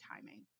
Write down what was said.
timing